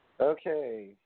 Okay